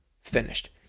finished